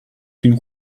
qu’une